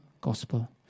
gospel